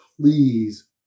please